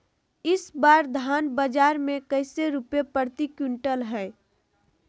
इस बार धान बाजार मे कैसे रुपए प्रति क्विंटल है?